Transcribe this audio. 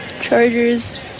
Chargers